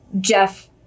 Jeff